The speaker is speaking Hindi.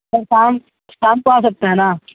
सर शाम शाम को आ सकते हैं ना